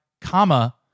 comma